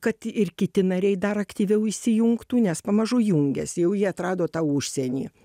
kad ir kiti nariai dar aktyviau įsijungtų nes pamažu jungias jau jie atrado tą užsienį